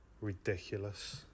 ridiculous